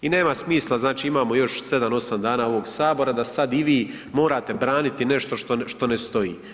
I nema smisla, znači imamo još 7-8 dana ovog sabora da sad i vi morate braniti nešto što ne stoji.